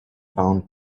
bound